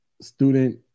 student